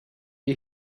you